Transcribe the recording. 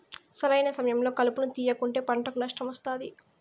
సరైన సమయంలో కలుపును తేయకుంటే పంటకు నష్టం వస్తాది